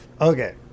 Okay